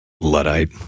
Luddite